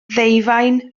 ddeufaen